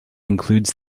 includes